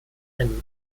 ein